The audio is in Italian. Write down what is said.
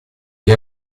che